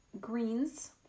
greens